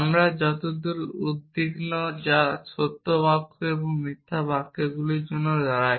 আমরা যতদূর উদ্বিগ্ন তা সত্য বাক্য এবং মিথ্যা বাক্যগুলির জন্য দাঁড়ায়